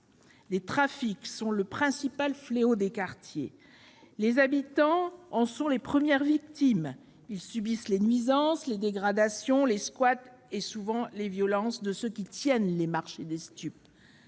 Les trafics sont le principal fléau des quartiers, et les habitants en sont les premières victimes, subissant les nuisances, les dégradations, les squats et, souvent, les violences de ceux qui tiennent les marchés des stups.